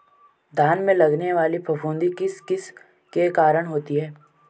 धान में लगने वाली फफूंदी किस किस के कारण होती है?